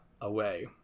away